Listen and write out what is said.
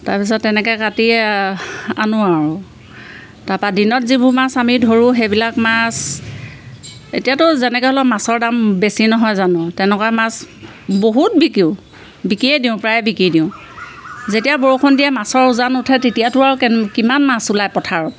তাৰপিছত তেনেকে কাটি আনো আৰু তাপা দিনত যিবোৰ মাছ আমি ধৰোঁ সেইবিলাক মাছ এতিয়াতো যেনেকে হ'লেও মাছৰ দাম বেছি নহয় জানো তেনেকুৱা মাছ বহুত বিকো বিকিয়েই দিওঁ প্ৰায়ে বিকি দিওঁ যেতিয়া বৰষুণ দিয়ে মাছৰ উজান উঠে তেতিয়াতো আৰু কিমান মাছ ওলায় পথাৰত